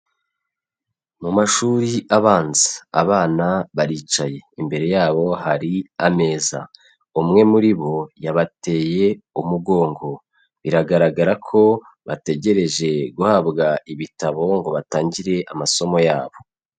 Mu mashuri abanza abana baricaye, imbere yabo hari ameza, umwe muri bo yabateye umugongo, biragaragara ko bategereje guhabwa ibitabo ngo batangire amasomo yabo.